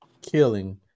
killing